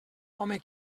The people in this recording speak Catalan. home